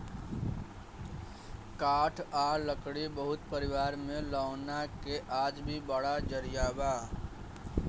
काठ आ लकड़ी बहुत परिवार में लौना के आज भी बड़ा जरिया बा